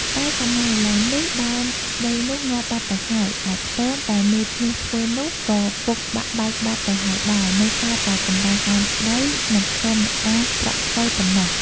តែសម័យឥឡូវនេះ ដើមស្តីនោះ ងាប់បាត់ទៅហើយ ឯខ្ទម ដែលមេធ្នស់ធ្វើនោះ ក៏ពុកបាក់បែកបាត់ ទៅហើយដែរ នៅសល់តែកន្លែងដើមស្តី និងខ្ទមអ្នកតាប្រក់ស្បូវប៉ុណ្ណោះ។